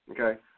okay